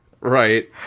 Right